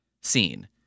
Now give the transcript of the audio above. Scene